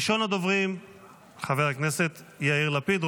ראשון הדוברים חבר הכנסת יאיר לפיד,